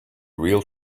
real